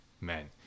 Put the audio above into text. men